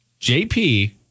JP